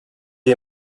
est